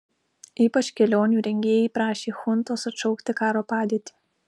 ypač kelionių rengėjai prašė chuntos atšaukti karo padėtį